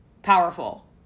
powerful